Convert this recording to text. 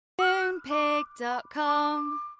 Moonpig.com